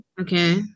okay